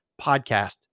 podcast